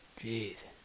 Jeez